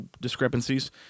discrepancies